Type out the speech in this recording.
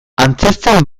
antzezten